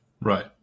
right